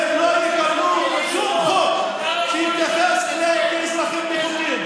והם לא יקבלו שום חוק שיתייחס אליהם כאל אזרחים נחותים.